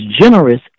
generous